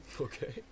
okay